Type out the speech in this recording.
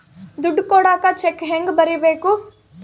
ದುಡ್ಡು ಕೊಡಾಕ ಚೆಕ್ ಹೆಂಗ ಬರೇಬೇಕು?